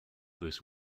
this